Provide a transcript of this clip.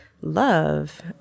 love